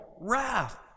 wrath